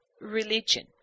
religion